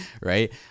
right